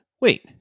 wait